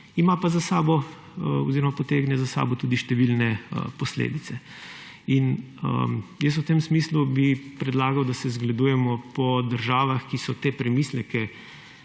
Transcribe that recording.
ima pa za sabo oziroma potegne za sabo tudi številne posledice. V tem smislu bi predlagal, da se zgledujemo po državah, ki so te premisleke